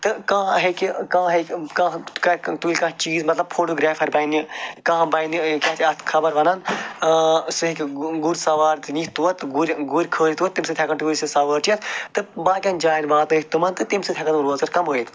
تہٕ کانٛہہ ہیٚکہِ کانٛہہ ہیٚکہِ کانٛہہ کَرِ تُلہِ کانٛہہ چیٖز مطلب فوٹوٗگرافَر بَنہِ کانٛہہ بَنہِ کیٛاہ چھِ اَتھ خبر وَنان ٲں سُہ ہیٚکہِ گُر سوار نِتھ تور تہٕ گور گورۍ کھٲلِتھ اور تَمہِ سۭتۍ ہیٚکَن ٹیٛوٗرِسٹہٕ سَوٲرۍ چیٚتھ تہٕ باقِیَن جایَن واتنٲیِتھ تٕمَن تہِ تَمہِ سۭتۍ ہیٚکَن تِم روزگار کمٲیِتھ